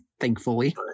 Thankfully